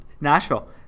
Nashville